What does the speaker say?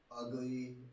ugly